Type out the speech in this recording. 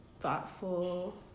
thoughtful